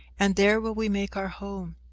and there will we make our home.